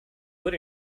wood